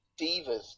Divas